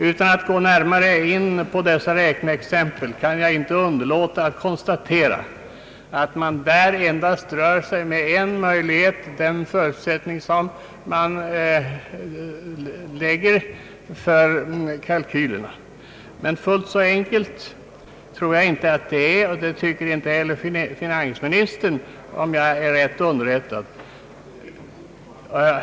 Utan att gå närmare in på dessa räkneexempel kan jag dock inte underlåta att konstatera att dessa endast befattar sig med en enda möjlighet, dvs. den förutsättning som man lägger till grund för kalkylerna. Fullt så enkelt tror jag inte att det är, och det tycker inte heller finansministern, om jag är riktigt underrättad.